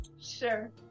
sure